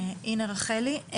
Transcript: הנה רחלי,